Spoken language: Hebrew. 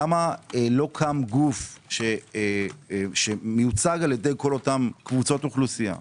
למה לא קם גוף שמיוצג על ידי כל אותן קבוצות אוכלוסייה,